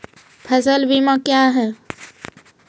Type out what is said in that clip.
फसल बीमा क्या हैं?